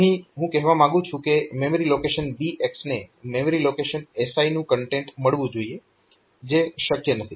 અહીં હું કહેવા માંગુ છું કે મેમરી લોકેશન BX ને મેમરી લોકેશન SI નું કન્ટેન્ટ મળવું જોઈએ જે શક્ય નથી